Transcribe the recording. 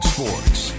Sports